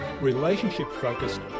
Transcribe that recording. relationship-focused